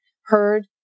heard